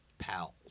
pals